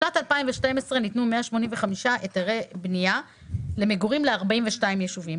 בשנת 2012 ניתנו 185 היתרי בנייה למגורים ל-42 ישובים.